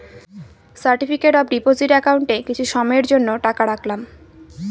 certificate of deposit একাউন্টে কিছু সময়ের জন্য টাকা রাখলাম